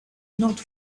not